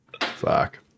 Fuck